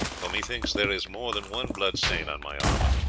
for methinks there is more than one blood-stain on my armour,